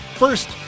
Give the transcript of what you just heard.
First